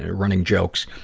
and running jokes,